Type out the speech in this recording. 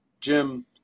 jim